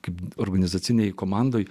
kaip organizacinėje komandoje